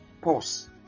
pause